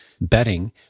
betting